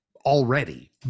already